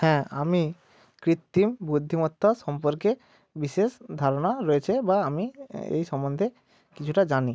হ্যাঁ আমি কৃত্রিম বুদ্ধিমত্তা সম্পর্কে বিশেষ ধারণা রয়েছে বা আমি এই সম্বন্ধে কিছুটা জানি